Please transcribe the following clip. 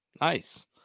Nice